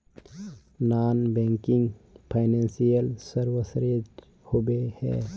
Non banking financial services होबे है?